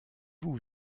vous